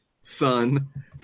son